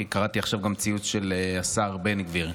כי קראתי עכשיו גם ציוץ של השר בן גביר,